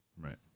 Right